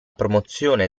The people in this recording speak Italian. promozione